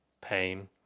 pain